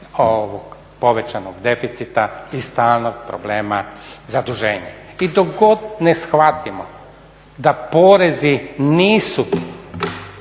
povećanog deficita i stalnog problema zaduženja. I dok god ne shvatimo da porezi nisu